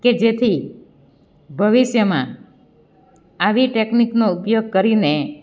કે જેથી ભવિષ્યમાં આવી ટેકનિકનો ઉપયોગ કરીને